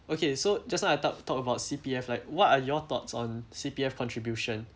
okay so just now I talk talk about C_P_F like what are your thoughts on C_P_F contribution